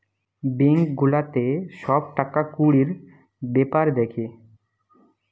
bank গুলাতে সব টাকা কুড়ির বেপার দ্যাখে